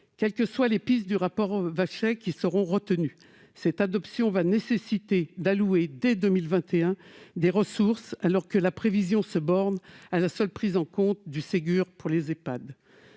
Quelles que soient les pistes du rapport Vachey qui seront retenues, cette adoption va nécessiter d'allouer des ressources dès 2021, alors que la prévision se borne à la seule prise en compte du Ségur pour les Ehpad.